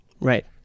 Right